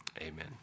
Amen